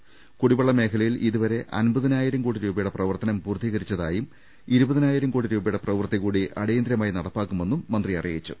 കൂടിവെള്ള മേഖലയിൽ ഇതുവരെ അമ്പതിനായിരം കോടി രൂപയുടെ പ്രവർത്തനം പൂർത്തീകരിച്ചതായും ഇരുപതിനാ യിരം കോടി രൂപയുടെ പ്രവൃത്തികൂടി അടിയന്തിരമായി നടപ്പാ ക്കുമെന്നും മന്ത്രി അറിയിച്ചു